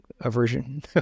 aversion